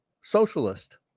socialist